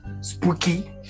spooky